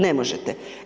Ne možete.